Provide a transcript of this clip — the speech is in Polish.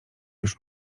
już